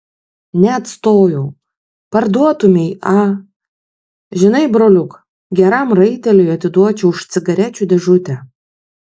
neatstojau parduotumei a žinai broliuk geram raiteliui atiduočiau už cigarečių dėžutę